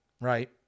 right